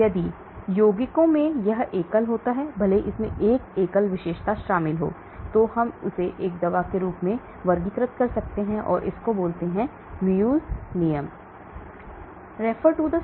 यदि यौगिकों में यह एकल होता है भले ही इसमें 1 एकल विशेषता शामिल हो तो हम इसे एक दवा के रूप में भी वर्गीकृत कर सकते हैं जिसे Muegge नियम कहा जाता है